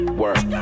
work